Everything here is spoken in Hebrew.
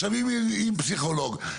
אז אם אין פסיכולוגים,